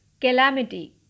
Calamity